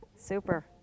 Super